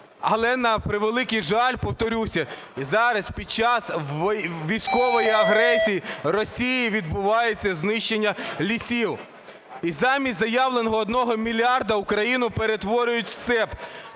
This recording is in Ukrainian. Але, на превеликий жаль, повторюся, зараз, під час військової агресії Росії, відбувається знищення лісів. І замість заявленого одного мільярда, Україну перетворюють в степ.